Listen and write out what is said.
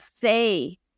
say